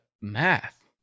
math